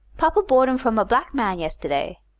papa bought em from a black man yesterday.